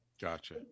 Gotcha